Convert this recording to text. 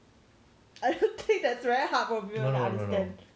no no no